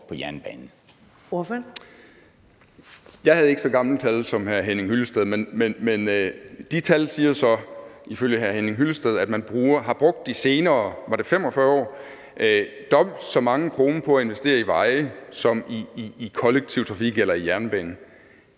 Olesen (LA): Jeg havde ikke så gamle tal som hr. Henning Hyllested, men de tal siger så, ifølge hr. Henning Hyllested, at man de seneste, var det 45 år har brugt dobbelt så mange kroner på at investere i veje som i kollektiv trafik eller i jernbanen.